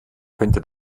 könnte